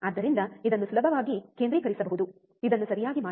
ಆದ್ದರಿಂದ ಇದನ್ನು ಸುಲಭವಾಗಿ ಕೇಂದ್ರೀಕರಿಸಬಹುದು ಇದನ್ನು ಸರಿಯಾಗಿ ಮಾಡಿ